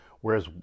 Whereas